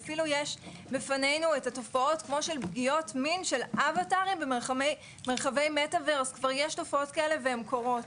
יש לפנינו תופעות כמו של פגיעות מין ---- יש תופעות כאלה והן קורות.